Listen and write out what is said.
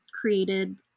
created